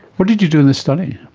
what did you do in this study?